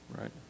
right